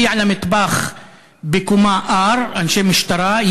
הגיעו למטבח בקומה R אנשי משטרה,